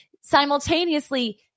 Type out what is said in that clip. simultaneously